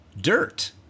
dirt